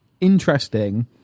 interesting